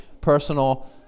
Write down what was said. personal